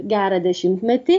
gerą dešimtmetį